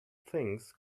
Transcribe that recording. things